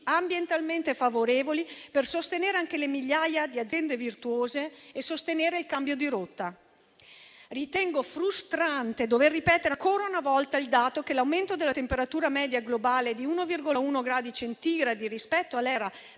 ambientalmente favorevoli per sostenere anche le migliaia di aziende virtuose e il cambio di rotta. Ritengo frustrante dover ripetere ancora una volta il dato che l'aumento della temperatura media globale di 1,1 gradi centigradi rispetto all'era